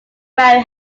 marry